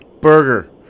Burger